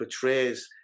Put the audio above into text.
portrays